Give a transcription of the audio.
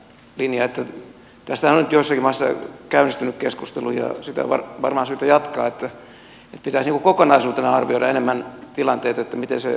tästähän on nyt joissakin maissa käynnistynyt keskustelu ja sitä on varmaan syytä jatkaa että pitäisi kokonaisuutena arvioida enemmän tilanteita miten se oikeusturva toteutuu